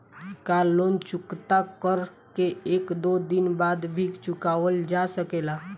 का लोन चुकता कर के एक दो दिन बाद भी चुकावल जा सकेला?